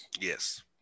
Yes